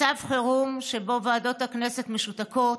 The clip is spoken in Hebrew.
מצב חירום שבו ועדות הכנסת משותקות,